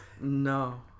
No